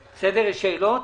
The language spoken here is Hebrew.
הרשות.